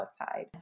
outside